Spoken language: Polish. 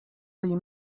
tej